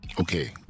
okay